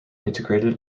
integrated